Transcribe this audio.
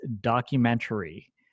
documentary